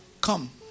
come